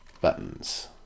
buttons